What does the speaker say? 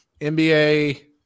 NBA